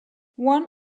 one